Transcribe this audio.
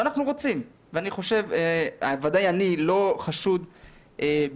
ואנחנו רוצים ודאי אני לא חשוד בגזענות,